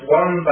one